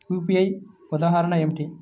UPI ఉదాహరణ ఏమిటి?